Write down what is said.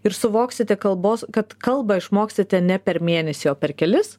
ir suvoksite kalbos kad kalbą išmoksite ne per mėnesį o per kelis